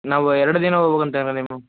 ನಾವು ಎರಡು ದಿನ ಹೋಗಬೇಕಂತ ಇದ್ದೀವಿ ಮ್ಯಾಮ್